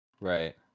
right